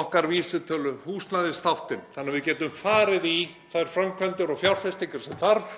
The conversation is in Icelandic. okkar vísitölu húsnæðisþáttinn þannig að við getum farið í þær framkvæmdir og fjárfestingar sem þarf;